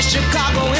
Chicago